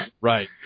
right